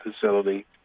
facility